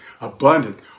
Abundant